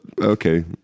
okay